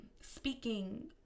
speaking